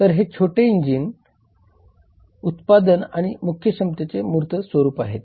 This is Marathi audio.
तर हे छोटे इंजिन हे उत्पादन आहे किंवा मुख्य क्षमतेचे मूर्त स्वरूप आहे